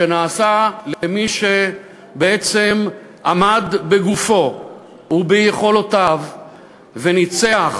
שנעשה למי שבעצם עמד בגופו וביכולותיו וניצח,